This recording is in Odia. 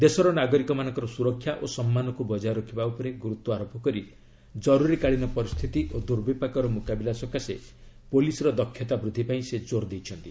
ଦେଶର ନାଗରିକମାନଙ୍କର ସୁରକ୍ଷା ଓ ସମ୍ମାନକୁ ବଜାୟ ରଖିବା ଉପରେ ଗୁରୁତ୍ୱ ଆରୋପ କରି କରୁରୀ କାଳୀନ ପରିସ୍ଥିତି ଓ ଦୁର୍ବିପାକର ମୁକାବିଲା ସକାଶେ ପୁଲିସ୍ର ଦକ୍ଷତା ବୃଦ୍ଧି ପାଇଁ ସେ ଜୋର୍ ଦେଇଛନ୍ତି